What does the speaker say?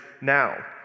now